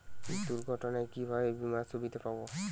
দুর্ঘটনায় কিভাবে বিমার সুবিধা পাব?